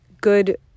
good